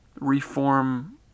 reform